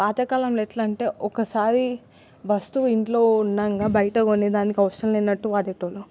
పాతకాలంలో ఎట్లంటే ఒకసారి వస్తువు ఇంట్లో ఉన్నంక బయటకొనేదానికి అవసరం లేనట్టు వాడేటోళ్ళు